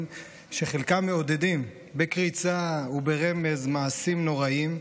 שחלקם מעודדים בקריצה וברמז מעשים נוראיים,